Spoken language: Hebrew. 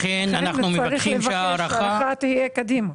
לכן אנחנו מבקשים שההארכה --- צריך לבקש שההארכה תהיה קדימה.